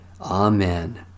Amen